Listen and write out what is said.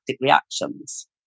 reactions